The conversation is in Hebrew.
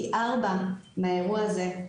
פי ארבע מהאירוע הזה,